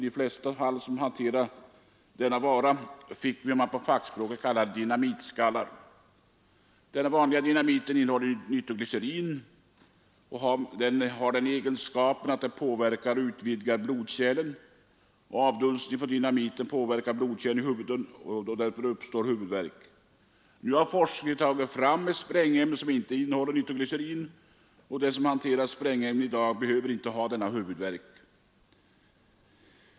De flesta som hanterade denna vara fick vad man på fackspråk kallar ”dynamitskalle”. Den vanliga dynamiten innehåller nitroglycerin, som har den egenskapen att det utvidgar blodkärlen. Avdunstningen från dynamiten påverkar blodkärlen i huvudet och huvudvärk uppstår. Nu har forskare tagit fram sprängämnen som inte innehåller nitroglycerin, och de som hanterar sådana sprängämnen behöver inte ha denna huvudvärk.